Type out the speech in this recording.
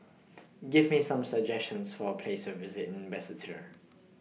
Give Me Some suggestions For Places to visit in Basseterre